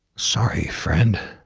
sorry, friend